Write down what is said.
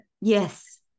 Yes